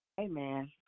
Amen